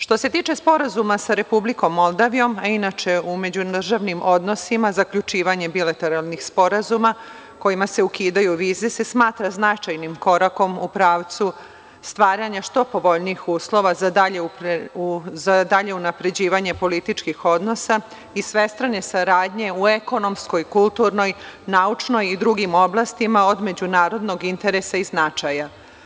Što se tiče Sporazuma sa Republikom Moldavijom, a inače u međudržavnim odnosima zaključivanjem bilateralnih sporazuma kojima se ukidaju vize se smatra značajnim korakom u pravcu staranja što povoljnijih uslova za dalje unapređivanje političkih odnosa i svestrane saradnje u ekonomskoj, kulturnoj, naučnoj i drugim oblastima od međunarodnog interesa i značaja.